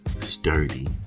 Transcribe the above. sturdy